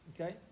okay